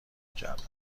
میکردند